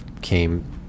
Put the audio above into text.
came